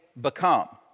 become